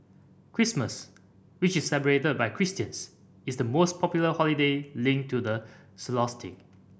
Christmas which is celebrated by Christians is the most popular holiday linked to the solstice